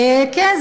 כן,